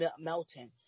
melting